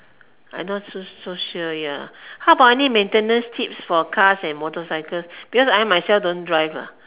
I not so so sure ya how about any maintenance tips for cars and motorcycles because I myself don't drive ah